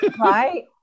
Right